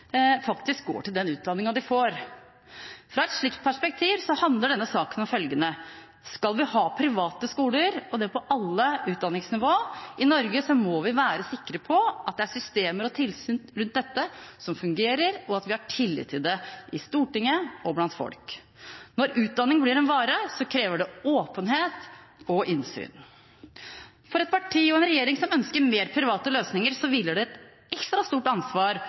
faktisk går til den utdanningen man får. Fra et slikt perspektiv handler denne saken om følgende: Skal vi ha private skoler i Norge, og det på alle utdanningsnivåer, må vi være sikre på at det er systemer og tilsyn rundt dette som fungerer, og at vi har tillit til det – i Stortinget og blant folk. Når utdanning blir en vare, krever det åpenhet og innsyn. For et parti og en regjering som ønsker mer private løsninger, hviler det et ekstra stort ansvar